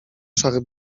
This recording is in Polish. szary